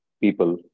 people